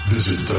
Visit